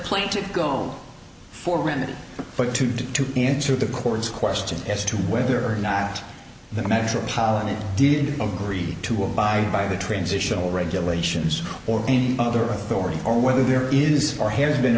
plan to go for granted but to do to ensure the court's question as to whether or not the metropolitan didn't agree to abide by the transitional regulations or any other authority or whether there is or has been a